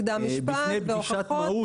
קדם משפט והוכחות,